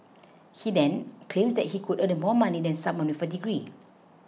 he then claims that he could earn more money than someone with a degree